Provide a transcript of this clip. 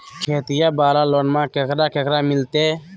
खेतिया वाला लोनमा केकरा केकरा मिलते?